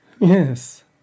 Yes